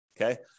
okay